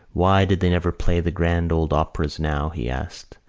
why did they never play the grand old operas now, he asked,